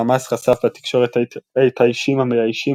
החמאס חשף בתקשורת את האישים המאיישים